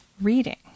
reading